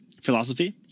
philosophy